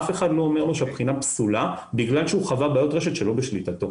אף אחד לא אומר לו שהבחינה פסולה בגלל שהוא חווה בעיות רשת שלא בשליטתו.